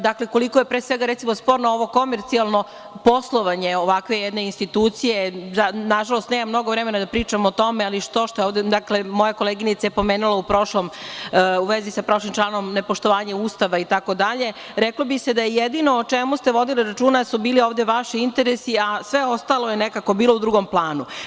Dakle, koliko je, pre svega, recimo sporno, ovo komercijalno poslovanje ovakve jedne institucije, nažalost, nema mnogo vremena da pričamo o tome, ali moja koleginica je pomenula u vezi sa prošlim članom, nepoštovanje Ustava itd, reklo bi se da je jedino o čemu ste vodili računa su bili vaši interesi, a sve ostalo je, nekako bilo u drugom planu.